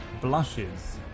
blushes